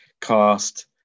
cast